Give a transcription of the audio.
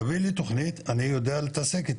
תביא לי תוכנית אני יודע להתעסק איתה,